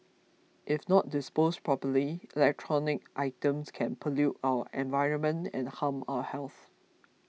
if not disposed properly electronic items can pollute our environment and harm our health